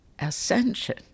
Ascension